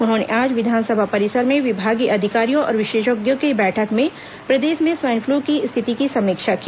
उन्होंने आज विधानसभा परिसर में विभागीय अधिकारियों और विशेषज्ञों की बैठक में प्रदेश में स्वाइन फ्लू की स्थिति की समीक्षा की